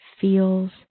feels